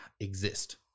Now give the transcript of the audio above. exist